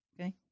Okay